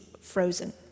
frozen